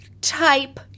Type